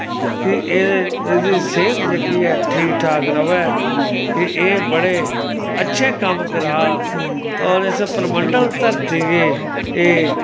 कि एह्दी सेह्त जेह्की ऐ ठीक ठाक रवै कि एह् बड़े अच्छे कम्म करा और इस परमंडल धरती गी एह् इत्थुं दा कम्म करन